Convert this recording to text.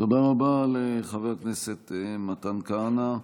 תודה רבה לחבר הכנסת מתן כהנא.